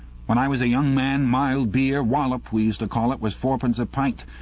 when i was a young man, mild beer wallop we used to call it was fourpence a pint.